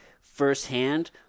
firsthand